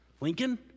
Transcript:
Lincoln